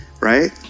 right